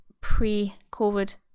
pre-COVID